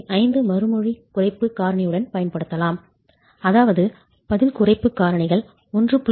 5 மறுமொழி குறைப்பு காரணியுடன் பயன்படுத்தலாம் அதாவது பதில் குறைப்பு காரணிகள் 1